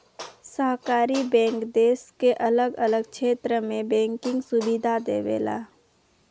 सहकारी बैंक देश के अलग अलग क्षेत्र में बैंकिंग सुविधा देवेला